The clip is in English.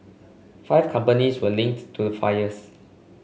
five companies were linked to the fires